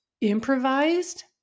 improvised